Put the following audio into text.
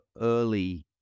early